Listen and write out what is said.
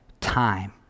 time